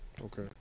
Okay